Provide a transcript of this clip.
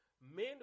men